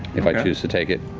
if i choose to take it.